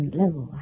level